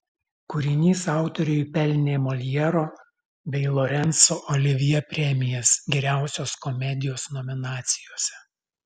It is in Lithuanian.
kūrinys autoriui pelnė moljero bei lorenco olivjė premijas geriausios komedijos nominacijose